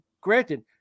granted